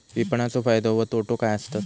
विपणाचो फायदो व तोटो काय आसत?